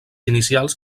inicials